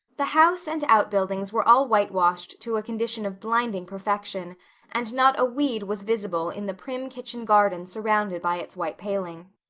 the house and out-buildings were all whitewashed to a condition of blinding perfection and not a weed was visible in the prim kitchen garden surrounded by its white paling.